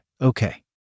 Okay